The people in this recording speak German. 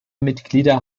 mitglieder